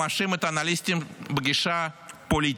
ואתה מאשים את האנליסטים בגישה פוליטית.